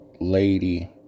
lady